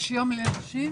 יש יום לנשים?